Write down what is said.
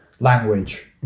Language